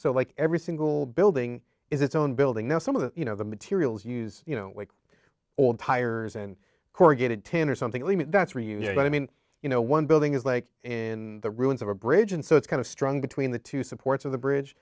so like every single building is its own building now some of the you know the materials used you know like old tires and corrugated tin or something that's very you know i mean you know one building is like in the ruins of a bridge and so it's kind of strung between the two supports of the bridge